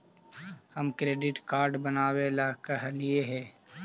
हम credit card बनावे ला कहलिऐ हे?